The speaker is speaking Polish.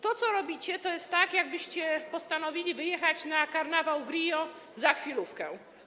To, co robicie, to jest tak, jakbyście postanowili wyjechać na karnawał w Rio za chwilówkę.